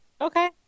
Okay